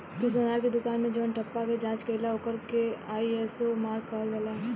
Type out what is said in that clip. तू सोनार के दुकान मे जवन ठप्पा के जाँच कईल ओकर के आई.एस.ओ मार्क कहल जाला